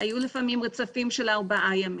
היו לפעמים רצפים של ארבע ימים.